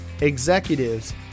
executives